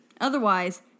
Otherwise